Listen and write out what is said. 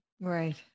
Right